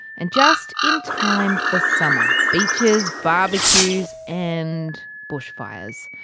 and just in time for summer beaches, barbecues, and bushfires.